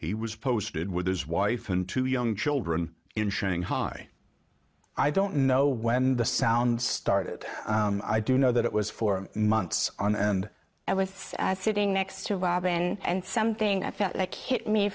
he was posted with his wife and two young children in shanghai i don't know when the sound started i do know that it was four months and i was sitting next to robin and something i felt like hit me